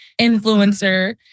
influencer